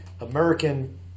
American